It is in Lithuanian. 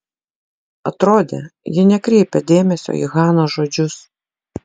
atrodė ji nekreipia dėmesio į hanos žodžius